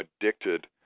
addicted